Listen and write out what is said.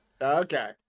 Okay